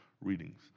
readings